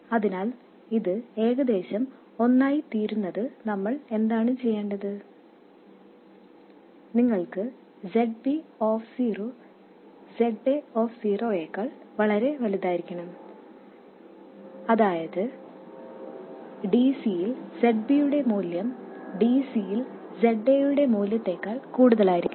അതിനാൽ ഇത് ഏകദേശം ഒന്നായിത്തീരുന്നതിന് നമ്മൾ എന്താണ് ചെയ്യേണ്ടതെന്തെന്നാൽ നിങ്ങൾക്ക് Zb of zero Za of സീറോയേക്കാൾ വളരെ വലുതായിരിക്കണം അതായത് dc യിൽ Zb യുടെ മൂല്യം dc യിൽ Za യുടെ മൂല്യത്തേക്കൾ കൂടുതലായിരിക്കണം